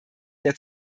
der